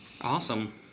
Awesome